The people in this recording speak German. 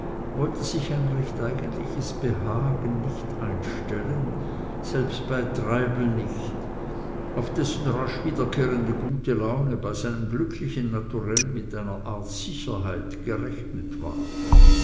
wollte sich ein recht eigentliches behagen nicht einstellen selbst bei treibel nicht auf dessen rasch wiederkehrende gute laune bei seinem glücklichen naturell mit einer art sicherheit gerechnet war